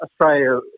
Australia